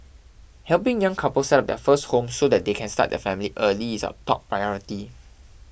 helping young couples set up their first home so that they can start their family early is our top priority